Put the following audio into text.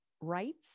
rights